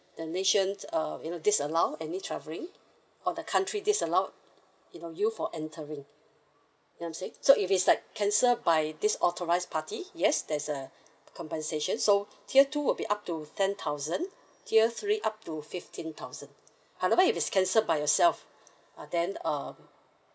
the nation uh you know disallow any travelling or the country disallow you know you for entering ya I'm saying so if it's like cancelled by this authorised party yes there's a compensation so tier two would be up to ten thousand tier three up to fifteen thousand however if it's cancelled by yourself ah then uh